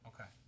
Okay